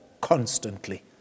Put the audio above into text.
constantly